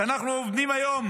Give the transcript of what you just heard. אנחנו עומדים היום